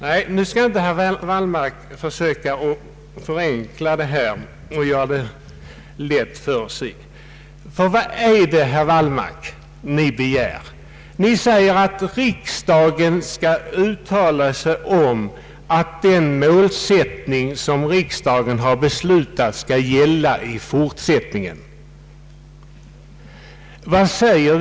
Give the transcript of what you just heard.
Herr talman! Herr Wallmark skall inte försöka förenkla detta och göra det lätt för sig. Vad är det herr Wallmark begär? Ni säger att riksdagen skall uttala sig om att den målsättning som riksdagen har beslutat skall gälla i fortsättningen.